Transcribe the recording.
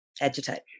Agitate